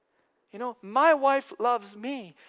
you know my wife loves me,